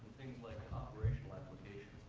like operational applications,